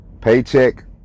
Paycheck